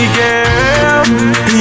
girl